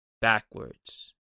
backwards